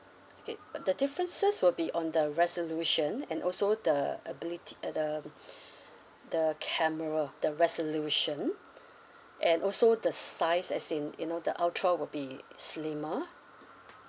okay but the differences will be on the resolution and also the ability uh the the camera the resolution and also the size as in you know the ultra will be slimmer